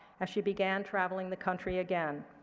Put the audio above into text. as she began traveling the country again.